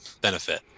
benefit